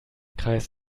kreis